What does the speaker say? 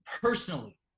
personally